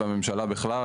והממשלה בכלל,